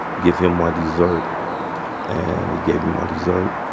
give him my dessert and he gave me my dessert.